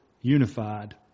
unified